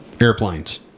Airplanes